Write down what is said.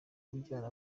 kubyara